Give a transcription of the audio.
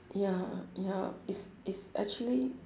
ya ya it's it's actually